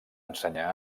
ensenyar